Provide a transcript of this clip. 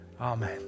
Amen